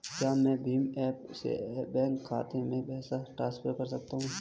क्या मैं भीम ऐप से बैंक खाते में पैसे ट्रांसफर कर सकता हूँ?